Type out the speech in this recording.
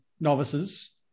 novices